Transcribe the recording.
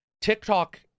TikTok